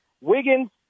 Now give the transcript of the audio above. Wiggins